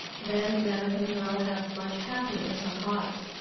then merican girl have much happy in her heart.